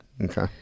Okay